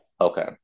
Okay